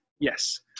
Yes